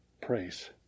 Praise